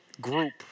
group